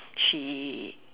she